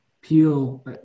Peel